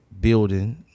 building